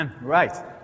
Right